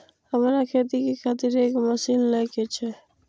हमरा खेती के खातिर एक मशीन ले के छे?